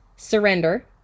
Surrender